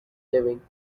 living